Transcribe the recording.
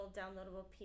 downloadable